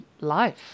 life